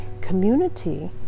community